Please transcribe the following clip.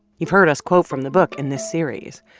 you've heard us quote from the book in this series.